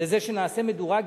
לזה שנעשה מדורג,